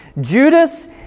Judas